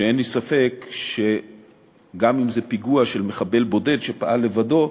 ואין לי ספק שגם אם זה פיגוע של מחבל בודד שפעל לבדו,